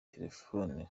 telefoni